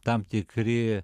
tam tikri